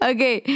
Okay